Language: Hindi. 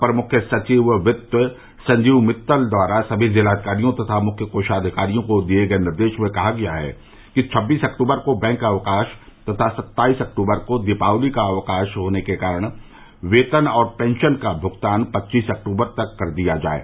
अपर मुख्य सचिव वित्त संजीव मित्तल द्वारा सभी जिलाधिकारियों तथा मुख्य कोषाधिकारियों को दिये गये निर्देश में कहा गया है कि छब्बीस अक्टूबर को बैंक अवकाश तथा सत्ताईस अक्टूबर को दीपावली का सार्वजनिक अवकाश होने के कारण वेतन और पेंशन का भ्गतान पच्चीस अक्टूबर तक कर दिया जाये